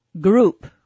group